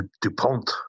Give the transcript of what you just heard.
dupont